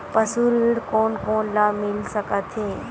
पशु ऋण कोन कोन ल मिल सकथे?